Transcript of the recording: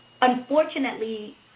Unfortunately